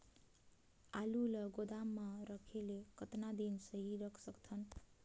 आलू ल गोदाम म रखे ले कतका दिन सही रख सकथन?